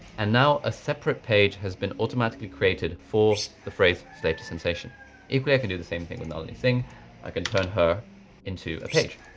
and now a separate page has been automatically created for the phrase slave to sensation equally, i can do the same thing with nalini singh i can turn her into a page.